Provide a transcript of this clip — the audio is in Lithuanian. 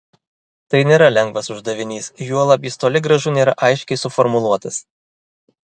tai nėra lengvas uždavinys juolab jis toli gražu nėra aiškiai suformuluotas